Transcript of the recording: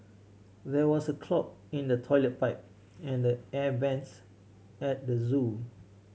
there was a clog in the toilet pipe and the air vents at the zoo